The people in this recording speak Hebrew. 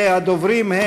ראשון הדוברים,